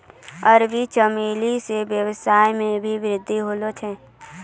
अरबी चमेली से वेवसाय मे भी वृद्धि हुवै छै